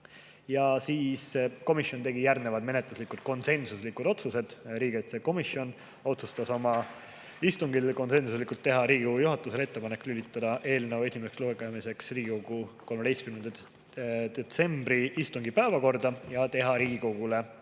Komisjon tegi järgnevad menetluslikud konsensuslikud otsused. Riigikaitsekomisjon otsustas oma istungil konsensuslikult teha Riigikogu juhatusele ettepanek lisada eelnõu esimeseks lugemiseks Riigikogu 13. detsembri istungi päevakorda ja teha ettepanek